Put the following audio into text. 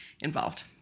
involved